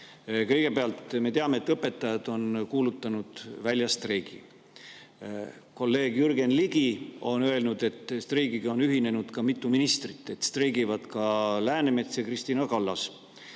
Kõigepealt, me teame, et õpetajad on kuulutanud välja streigi. Kolleeg Jürgen Ligi on öelnud, et streigiga on ühinenud ka mitu ministrit: streigivad ka Läänemets ja Kristina Kallas.